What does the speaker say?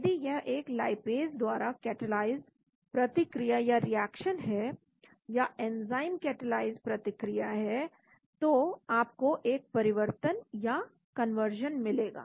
यदि यह एक लाईपेज द्वारा कैटालाइज प्रतिक्रिया या रिएक्शन है या एंजाइम कैटालाइज प्रतिक्रिया है तो आपको एक परिवर्तन या कन्वर्जन मिलेगा